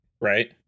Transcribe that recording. Right